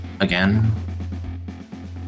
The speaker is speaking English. again